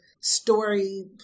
story